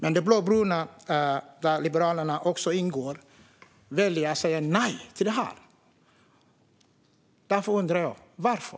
Men de blåbruna, där Liberalerna också ingår, väljer att säga nej till detta. Jag undrar varför.